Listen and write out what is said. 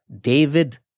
David